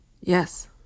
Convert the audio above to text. yes